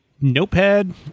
notepad